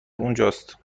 اونجاست